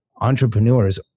entrepreneurs